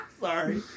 Sorry